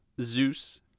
Zeus